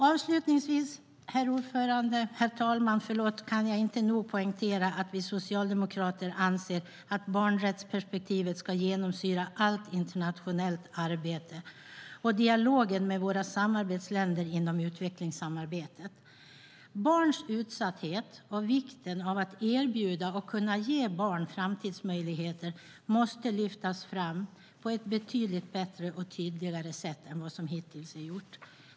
Avslutningsvis, herr talman, kan jag inte nog poängtera att vi socialdemokrater anser att barnrättsperspektivet ska genomsyra allt internationellt arbete och dialogen med våra samarbetsländer inom utvecklingssamarbetet. Barns utsatthet och vikten av att erbjuda och kunna ge barn framtidsmöjligheter måste lyftas fram på ett betydligt bättre och tydligare sätt än hittills.